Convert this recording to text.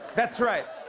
that's right.